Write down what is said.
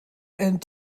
and